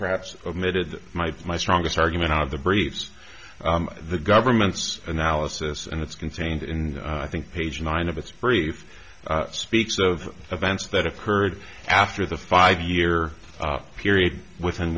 perhaps omitted my my strongest argument out of the briefs the government's analysis and its contained in i think page nine of it's brief speaks of events that occurred after the five year period within